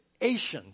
Asians